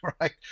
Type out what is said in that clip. right